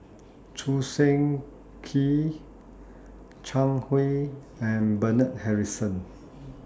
Choo Seng Quee Zhang Hui and Bernard Harrison